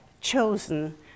chosen